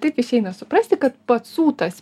taip išeina suprasti kad pacų tas